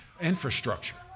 infrastructure